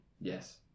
Yes